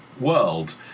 World